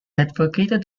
advocated